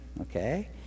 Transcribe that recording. okay